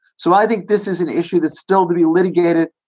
so i think this is an issue that's still to be litigated.